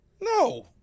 No